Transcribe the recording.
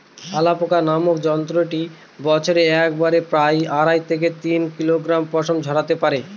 alpaca নামক জন্তুটি বছরে একবারে প্রায় আড়াই থেকে তিন কিলোগ্রাম পশম ঝোরাতে পারে